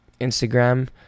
Instagram